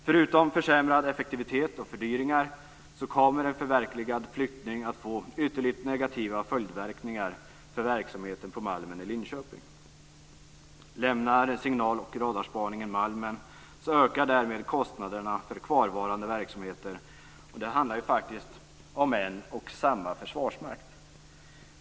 Förutom försämrad effektivitet och fördyringar kommer en förverkligad flyttning att få ytterligt negativa följdverkningar för verksamheten på Malmen i Linköping. Lämnar signal och radarspaningen Malmen ökar kostnaderna för kvarvarande verksamheter. Det handlar faktiskt om en och samma försvarsmakt.